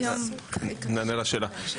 אני אענה לשאלה.